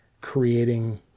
creating